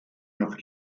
nach